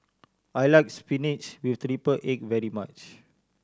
I like spinach with triple egg very much